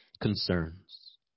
concerns